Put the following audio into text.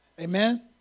Amen